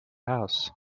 house